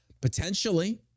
Potentially